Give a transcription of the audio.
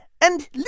and